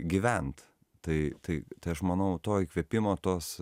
gyvent tai tai tai aš manau to įkvėpimo tos